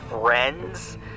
Friends